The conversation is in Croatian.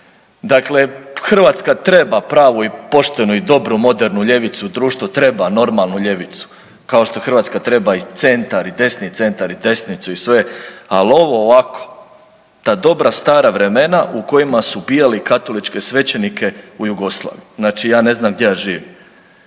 Dakle, Hrvatska treba pravu i poštenu i dobru modernu ljevicu, društvo treba normalnu ljevicu, kao što Hrvatska treba i centar i desni centar i desnicu i sve, ali ovo ovako. Ta dobra stara vremena u kojima su ubijali katoličke svećenike u Jugoslaviji. Znači, ja ne znam gdje ja živim.